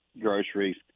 groceries